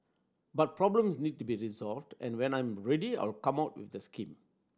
but problems need to be resolved and when I am ready I will come out with the scheme